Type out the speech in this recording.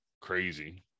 crazy